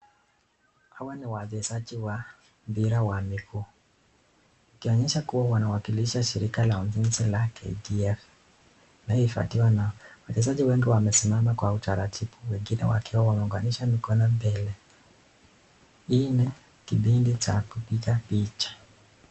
Hawa ni wachezaji wa mpira wa miguu. Ukionyesha kuwa wanawakilisha shirika la ujenzi wa KDF inayoifadhiwa nao. Wachezaji wengi wamesimama kwa utaratibu, wengine wakiwa wameunganisha mikono mbele. Hii ni kipindi cha kupiga picha.